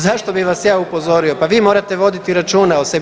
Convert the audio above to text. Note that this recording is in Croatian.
Zašto bi vas ja upozorio, pa vi morate voditi računa o sebi.